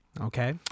Okay